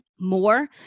more